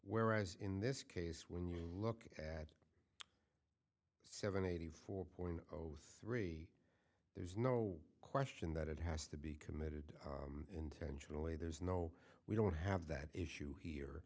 whereas in this case when you look at seven eighty four point zero three there's no question that it has to be committed intentionally there's no we don't have that issue here